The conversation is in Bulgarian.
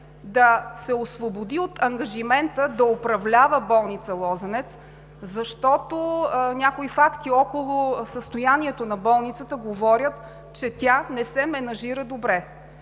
да се освободи от ангажимента да управлява болница „Лозенец“, защото някои факти около състоянието на болницата говорят, че тя не се менажира добре.